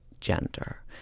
gender